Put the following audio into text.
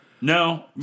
No